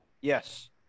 Yes